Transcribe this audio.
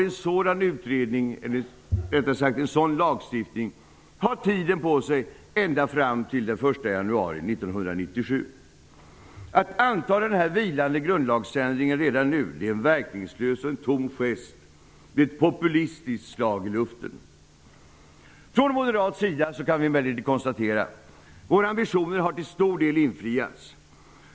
En sådan lagstiftning har tiden på sig ända fram till den 1 januari 1997. Att anta den här vilande grundlagsändringen redan nu är en verkningslös och tom gest, ett populistiskt slag i luften. Från moderat sida kan vi emellertid konstatera att våra ambitioner till stor del har infriats.